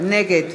נגד